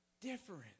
different